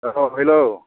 औ हेल'